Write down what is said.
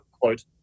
quote